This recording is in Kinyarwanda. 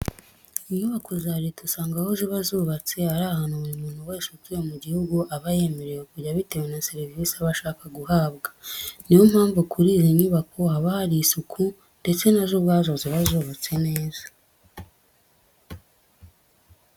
Inyubako za leta usanga aho ziba zubatse ari ahantu buri muntu wese utuye mu gihugu aba yemerewe kujya bitewe na serivise aba ashaka guhabwa. Ni yo mpamvu kuri izi nyubako haba hari isuku ndetse na zo ubwazo ziba zubatse neza.